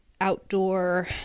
outdoor